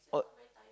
oh